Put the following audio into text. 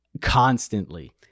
constantly